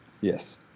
Yes